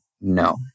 No